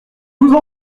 vous